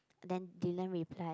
then dylan replied